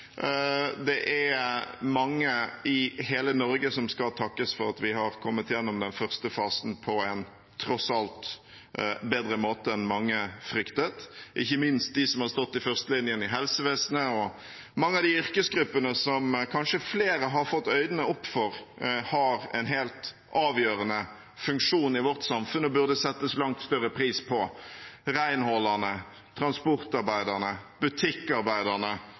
Det er mange i hele Norge som skal takkes for at vi har kommet igjennom den første fasen på en tross alt bedre måte enn mange fryktet, ikke minst de som har stått i førstelinjen i helsevesenet, og mange av de yrkesgruppene som kanskje flere har fått øynene opp for har en helt avgjørende funksjon i vårt samfunn og burde settes langt større pris på: renholderne, transportarbeiderne,